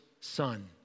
son